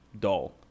dull